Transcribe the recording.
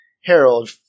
Harold